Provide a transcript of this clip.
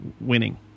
Winning